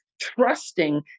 trusting